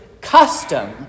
custom